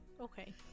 Okay